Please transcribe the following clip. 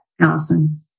Allison